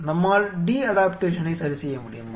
நம்மால் டி அடாப்டேஷனை சரிசெய்ய முடியுமா